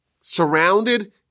surrounded